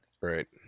right